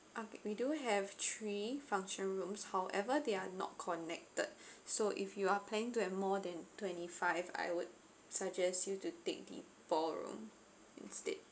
okay we do have three function rooms however they are not connected so if you are planning to have more than twenty five I would suggest you to take the ballroom instead